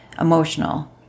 emotional